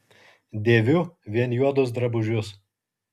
dėviu vien juodus drabužius